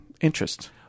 interest